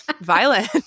violent